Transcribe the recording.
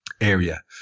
area